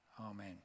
amen